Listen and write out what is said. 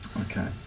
Okay